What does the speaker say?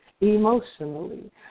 emotionally